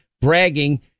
bragging